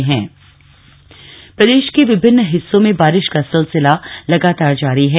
मौसम प्रदेश के विभिन्न हिस्सों में बारिश का सिलसिला जारी है